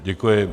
Děkuji.